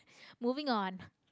moving on